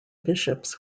bishops